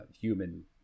human